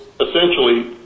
essentially